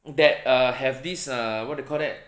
that err have this err what do you call that